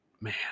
man